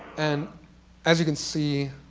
and as you can see,